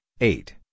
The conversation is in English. eight